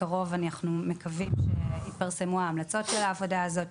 בקרוב יתפרסמו ההמלצות של העבודה הזאת.